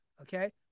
Okay